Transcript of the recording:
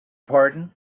pardon